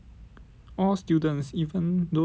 all students even those without